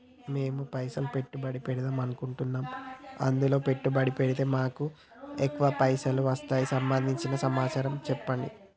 మేము పైసలు పెట్టుబడి పెడదాం అనుకుంటే ఎందులో పెట్టుబడి పెడితే మాకు ఎక్కువ పైసలు వస్తాయి సంబంధించిన సమాచారం చెప్పండి?